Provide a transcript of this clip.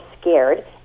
scared